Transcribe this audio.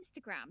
Instagram